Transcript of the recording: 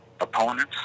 opponents